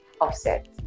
Offset